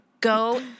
go